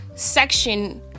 section